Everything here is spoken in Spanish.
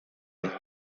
los